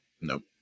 Nope